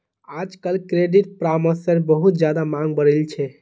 आजकल भारत्त क्रेडिट परामर्शेर बहुत ज्यादा मांग बढ़ील छे